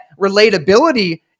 relatability